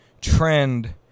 trend